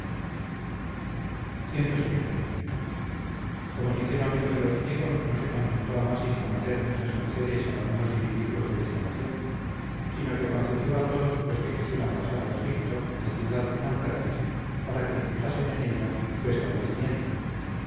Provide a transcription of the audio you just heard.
clxxviii como sincero amigo de los griegos no se contentó amasis con hacer muchas mercedes a algunos individuos de esta nación sino que concedió a todos los que quisieran pasar al egipto la ciudad de naucratis para que fijasen el ella si su establecimiento